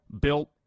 Built